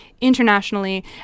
internationally